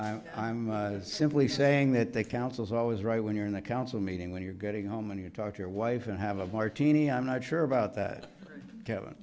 got i'm simply saying that they council's always right when you're in the council meeting when you're getting home and you talk to your wife and have a martini i'm not sure about that